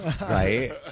right